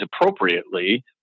appropriately